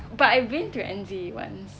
but I've been to N_Z once